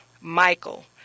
Michael